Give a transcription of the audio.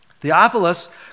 Theophilus